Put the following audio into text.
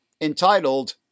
entitled